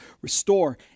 restore